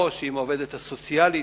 או אם העובדת הסוציאלית,